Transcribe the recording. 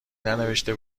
ننوشته